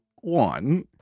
one